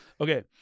Okay